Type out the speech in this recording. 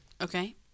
Okay